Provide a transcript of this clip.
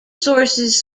sources